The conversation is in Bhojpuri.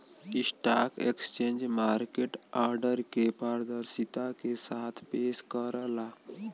स्टॉक एक्सचेंज मार्केट आर्डर के पारदर्शिता के साथ पेश करला